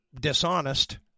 dishonest